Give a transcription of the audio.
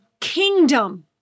kingdom